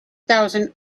thousand